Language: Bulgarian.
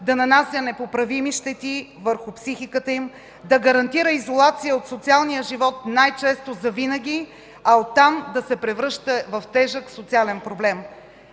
да нанася непоправими щети върху психиката им, да гарантира изолация от социалния живот най-често завинаги, а от там да се превръща в тежък социален проблем.